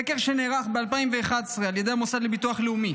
סקר שנערך ב-2011 על ידי המוסד לביטוח לאומי